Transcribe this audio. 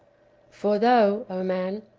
for thou, o man,